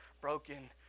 broken